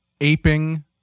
aping